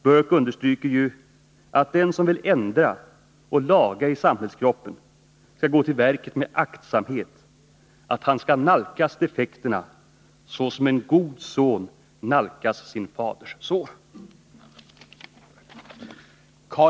Burke understryker att den som vill ändra och laga i samhällskroppen skall gå till verket med aktsamhet — han skall nalkas defekterna såsom en god son nalkas sin faders sår.